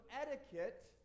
etiquette